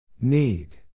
Need